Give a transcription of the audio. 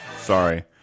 Sorry